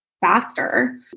faster